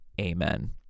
Amen